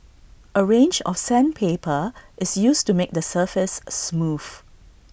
A range of sandpaper is used to make the surface smooth